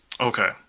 Okay